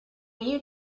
you